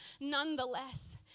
nonetheless